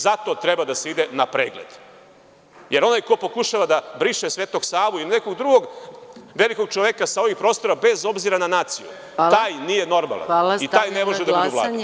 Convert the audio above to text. Zato treba da se ide na pregled, jer onaj ko pokušava da briše Svetog Savu ili nekog drugog velikog čoveka sa ovih prostora, bez obzira na naciju, taj nije normalan i taj ne može da bude u vlasti.